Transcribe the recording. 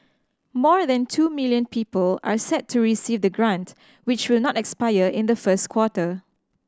more than two million people are set to receive the grant which will not expire in the first quarter